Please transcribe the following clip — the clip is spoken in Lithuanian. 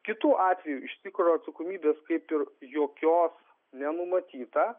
kitu atveju iš tikro atsakomybės kaip ir jokios nenumatyta